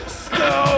snow